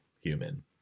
human